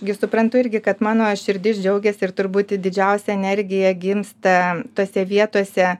gi suprantu irgi kad mano širdis džiaugiasi ir turbūt didžiausia energija gimsta tose vietose